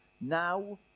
Now